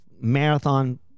marathon